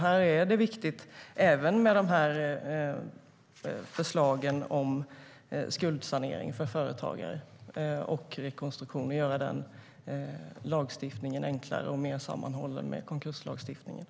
Här är det viktigt även med förslagen om skuldsanering för företagare och att göra lagstiftningen om företagsrekonstruktioner enklare och mer sammanhållen med konkurslagstiftningen.